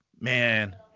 man